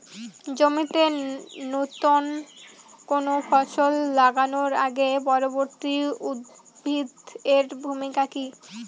জমিতে নুতন কোনো ফসল লাগানোর আগে পূর্ববর্তী উদ্ভিদ এর ভূমিকা কি?